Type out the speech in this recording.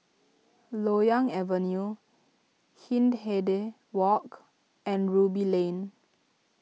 Loyang Avenue Hindhede Walk and Ruby Lane